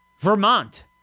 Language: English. Vermont